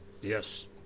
Yes